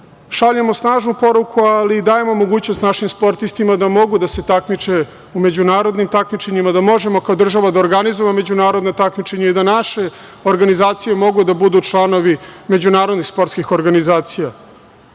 šaljemo snažnu poruku, ali dajemo mogućnost našim sportistima da mogu da se takmiče u međunarodnim takmičenjima, da možemo kao država da organizujemo međunarodno takmičenje i da naše organizacije mogu da budu članovi međunarodnih sportskih organizacija. Kazna